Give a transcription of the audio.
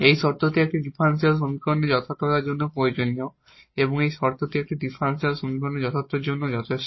এই শর্তটি একটি ডিফারেনশিয়াল সমীকরণের যথার্থতার জন্যও প্রয়োজনীয় এবং এই শর্তটি একটি ডিফারেনশিয়াল সমীকরণের যথার্থতার জন্যও যথেষ্ট